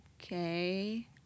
Okay